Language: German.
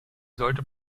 sollte